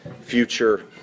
future